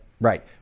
Right